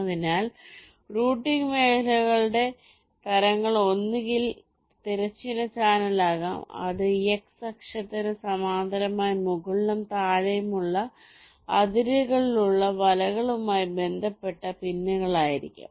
അതിനാൽ റൂട്ടിംഗ് മേഖലകളുടെ തരങ്ങൾ ഒന്നുകിൽ തിരശ്ചീന ചാനൽ ആകാം അത് x അക്ഷത്തിന് സമാന്തരമായി മുകളിലും താഴെയുമുള്ള അതിരുകളിലുള്ള വലകളുമായി ബന്ധപ്പെട്ട പിന്നുകളായിരിക്കും